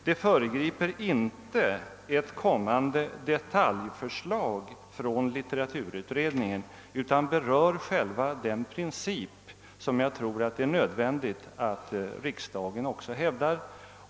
Det föregriper inte ett kommande detaljförslag från litteraturutredningen, utan berör själva den princip som jag tror att det är nödvändigt att riksdagen hävdar.